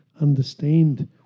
understand